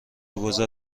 گذار